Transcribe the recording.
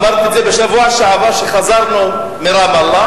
אמרתי את זה בשבוע שעבר כשחזרנו מרמאללה,